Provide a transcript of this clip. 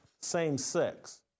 same-sex